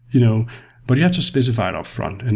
you know but you have to specify it upfront. and